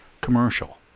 commercial